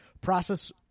Process